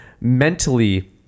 mentally